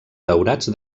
daurats